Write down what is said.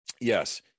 Yes